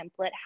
template